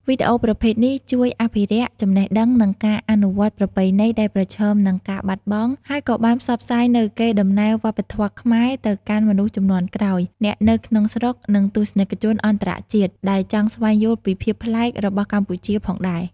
វីដេអូប្រភេទនេះ ជួយអភិរក្ស ចំណេះដឹង និងការអនុវត្តប្រពៃណីដែលប្រឈមនឹងការបាត់បង់ ហើយក៏បានផ្សព្វផ្សាយនូវកេរដំណែលវប្បធម៌ខ្មែរទៅកាន់មនុស្សជំនាន់ក្រោយ អ្នកនៅក្នុងស្រុក និង ទស្សនិកជនអន្តរជាតិ ដែលចង់ស្វែងយល់ពីភាពប្លែករបស់កម្ពុជាផងដែរ។